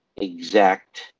exact